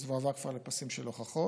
אז הוא כבר הועבר לפסים של הוכחות.